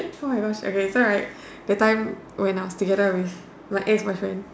oh my god okay so like that time when I was together with my ex boyfriend